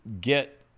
get